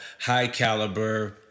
high-caliber